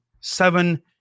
seven